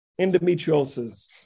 endometriosis